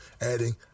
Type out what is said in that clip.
adding